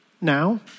now